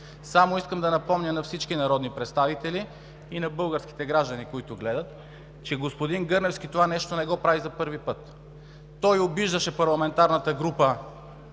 Искам да напомня на всички народни представители и на българските граждани, които гледат, че господин Гърневски не прави това нещо за първи път. Той обиждаше парламентарната група